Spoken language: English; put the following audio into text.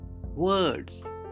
Words